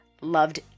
loved